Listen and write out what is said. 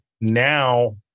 now